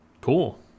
Cool